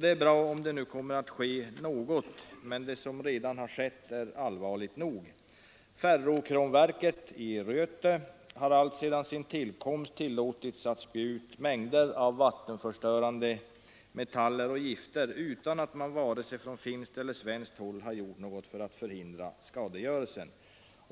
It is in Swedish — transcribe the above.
Det är bra om det nu kommer att göras något, men det som redan har skett är allvarligt nog. Ferrokromverket i Röyttä har alltsedan sin tillkomst tillåtits spy ut mängder av vattenförstörande metaller och gifter utan att man från vare sig finskt eller svenskt håll gjort något för att förhindra skadegörelsen.